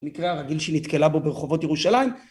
מקרה הרגיל שנתקלה בו ברחובות ירושלים